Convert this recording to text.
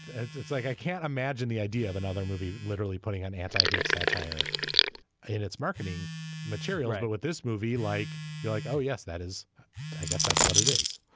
it's like i can't imagine the idea of another movie literally putting an anti-gay hate satire in its marketing material and with this movie like you're like oh yes that is i guess that's what it is